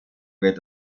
wird